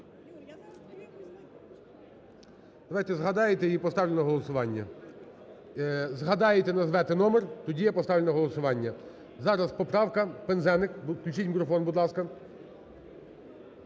Давайте згадаєте її і поставлю на голосування. Згадаєте, назвете номер, тоді я поставлю на голосування. Зараз поправка, Пинзеник. Включіть мікрофон, будь ласка.